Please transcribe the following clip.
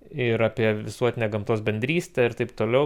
ir apie visuotinę gamtos bendrystę ir taip toliau